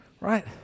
right